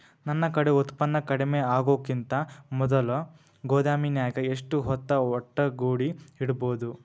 ನನ್ ಕಡೆ ಉತ್ಪನ್ನ ಕಡಿಮಿ ಆಗುಕಿಂತ ಮೊದಲ ಗೋದಾಮಿನ್ಯಾಗ ಎಷ್ಟ ಹೊತ್ತ ಒಟ್ಟುಗೂಡಿ ಇಡ್ಬೋದು?